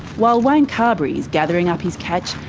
while wayne carberry is gathering up his catch,